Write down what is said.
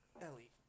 Ellie